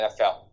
NFL